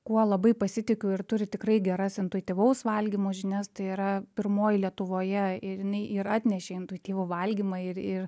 kuo labai pasitikiu ir turi tikrai geras intuityvaus valgymo žinias tai yra pirmoji lietuvoje ir jinai ir atnešė intuityvų valgymą ir ir